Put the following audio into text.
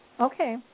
Okay